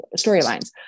storylines